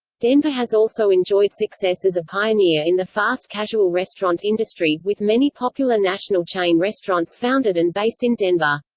denver has also enjoyed success as a pioneer in the fast-casual restaurant industry, with many popular national chain restaurants founded and based in denver.